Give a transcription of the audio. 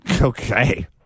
Okay